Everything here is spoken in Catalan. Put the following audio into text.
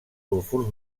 sulfurs